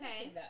Okay